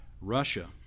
Russia